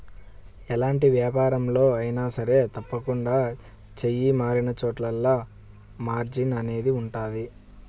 ఎలాంటి వ్యాపారంలో అయినా సరే తప్పకుండా చెయ్యి మారినచోటల్లా మార్జిన్ అనేది ఉంటది